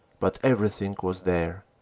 but everything was there.